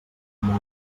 vella